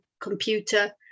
computer